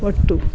ಒಟ್ಟು